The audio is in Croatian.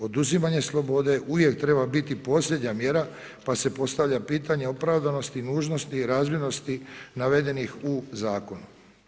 Oduzimanje slobode uvijek treba biti posljednja mjera pa se postavlja pitanje opravdanosti, nužnosti i razmjernosti navedenih u zakonu.